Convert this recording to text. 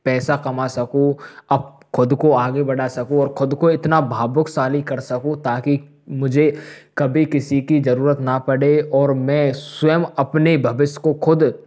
पैसा कमा सकूँ अब खुद को आगे बढ़ा सकूँ और खुद को इतना भावुक शाली कर सकूँ ताकि मुझे कभी किसी की ज़रूरत ना पड़े और मैं स्वयं अपने भविष्य को खुद